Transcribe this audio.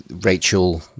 Rachel